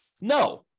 no